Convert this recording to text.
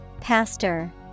Pastor